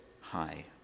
high